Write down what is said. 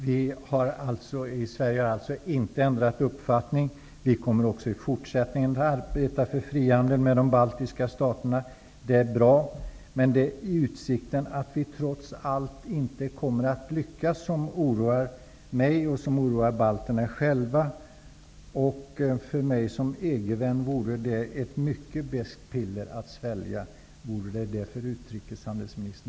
Herr talman! Vi i Sverige har alltså inte ändrat uppfattning. Vi kommer också i fortsättningen att arbeta för frihandel med de baltiska staterna. Det är bra. Men tanken på att vi trots allt inte kommer att lyckas oroar mig och balterna. För mig som EG-vän vore det ett mycket beskt piller att svälja. Vore det ett beskt piller också för utrikeshandelsministern?